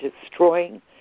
destroying